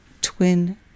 twin